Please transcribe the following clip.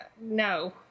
no